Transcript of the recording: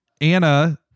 Anna